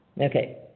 Okay